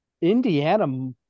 Indiana